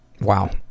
Wow